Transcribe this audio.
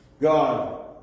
God